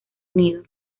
unido